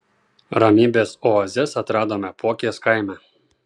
ramybės oazes atradome puokės kaime